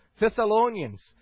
Thessalonians